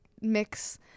mix